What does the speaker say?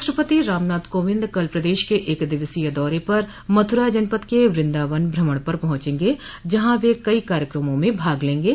राष्ट्रपति रामनाथ कोविंद कल प्रदेश के एक दिवसीय दौरे पर मथुरा जनपद के वृंदावन भ्रमण पर पहुंचेंगे जहां वह कई कार्यक्रमों में भाग लेंगे